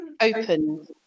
open